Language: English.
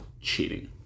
cheating